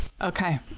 Okay